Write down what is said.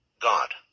god